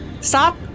Stop